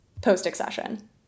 post-accession